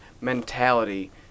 mentality